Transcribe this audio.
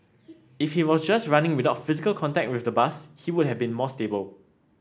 if he was just running without physical contact with the bus he would have been more stable